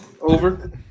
Over